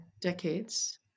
decades